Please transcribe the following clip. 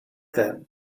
that